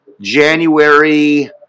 January